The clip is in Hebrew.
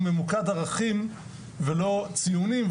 ממוקד ערכים ולא ציונים,